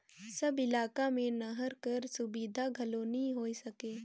सब इलाका मे नहर कर सुबिधा घलो नी होए सके